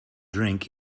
drink